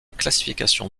classification